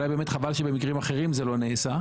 אולי באמת חבל שבמקרים אחרים זה לא נעשה,